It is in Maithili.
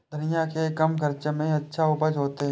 धनिया के कम खर्चा में अच्छा उपज होते?